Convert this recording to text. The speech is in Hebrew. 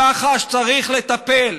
במח"ש צריך לטפל.